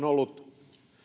ollut